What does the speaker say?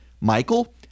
Michael